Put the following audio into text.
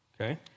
Okay